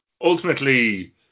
ultimately